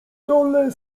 dole